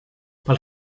pel